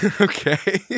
Okay